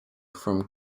from